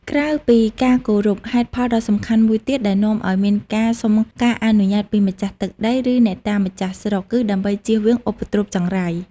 ក្រៅពីការគោរព ហេតុផលដ៏សំខាន់មួយទៀតដែលនាំឱ្យមានការសុំការអនុញ្ញាតពីម្ចាស់ទឹកដី ឬអ្នកតាម្ចាស់ស្រុក គឺដើម្បីជៀសវាងឧបទ្រពចង្រៃ។